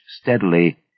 steadily